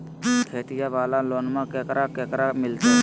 खेतिया वाला लोनमा केकरा केकरा मिलते?